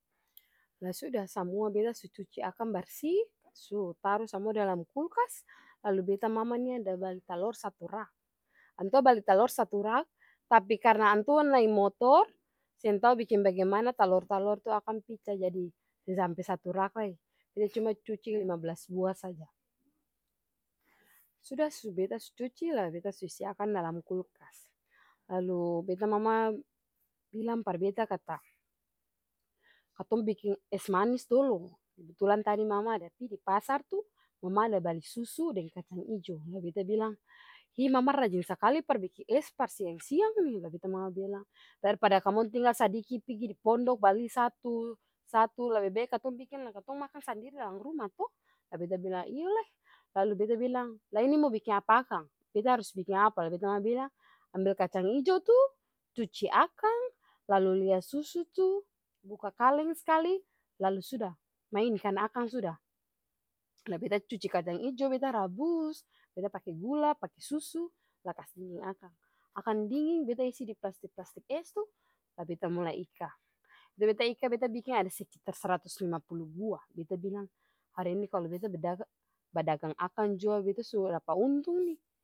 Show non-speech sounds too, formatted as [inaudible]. Lah suda samua beta su cuci akang barsi, su taru samua dalam kulkas, lalu beta mama nih ada bali talor satu rak, antua bali talor satu rak tapi karna antua nai motor seng tau biking bagimana talor-talor tuh akang pica jadi seng sampe satu rak lai, beta cuma cuci lima blas bua saja. Sud [hesitation] beta su cuci lah beta su isi akang dalam kulkas, lalu beta mama bilang par beta kata katong biking es manis dolo kebetulan tadi mama ada pi di pasar tuh mama ada bali susu deng kacang ijo, lah beta bilang hi mama rajing skali par biking es par siang-siang nih lah beta mama bilang dari pada kamong tinggal sadiki pigi dipondok bali satu, satu, lebe bae katong biking sandiri lah katong makang dalam ruma to, lah beta bilang iyo lai, lalu beta bilang la ini mo biking apa akang beta harus biking apa, lah beta mama bilang ambel kacang ijo tuh cuci akang lalu lia susu tuh buka kaleng skali lalu suda mainkan akang suda, lah beta cuci kacang ijo beta rabus, beta pake gula, pake susu, lah kas dinging akang. Akang dinging beta isi diplastik-plastik es tuh lah beta mulai ika, itu beta ika beta biking ada sekitar sratus lima pulu buah beta bilang hari ini kalu beta bada-badagang akang jua beta su dapa untung nih.